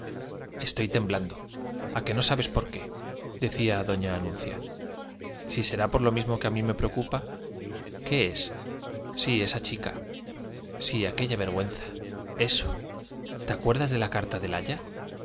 estoy temblando a qué no sabes por qué decía doña anuncia si será por lo mismo que a mí me preocupa qué es si esa chica si aquella vergüenza eso te acuerdas de la carta del aya